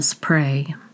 pray